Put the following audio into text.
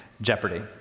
Jeopardy